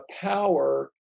power